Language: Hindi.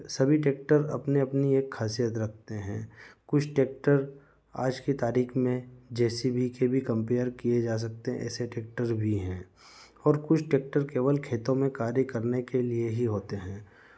सभी ट्रैक्टर अपनी अपनी एक खासियत रखते हैं कुछ ट्रैक्टर आज की तारीख में जे सी बी के भी कम्पेयर किए जा सकते हैं ऐसे ट्रैक्टर भी हैं और कुछ ट्रैक्टर केवल खेतों में कार्य करने के लिए ही होते हैं